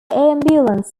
ambulance